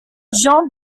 jean